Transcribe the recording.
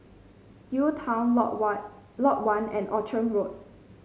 UTown Lot One Lot One and Outram Road